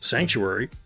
Sanctuary